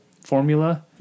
formula